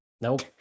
Nope